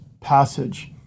passage